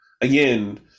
Again